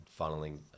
funneling